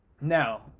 Now